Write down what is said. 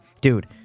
dude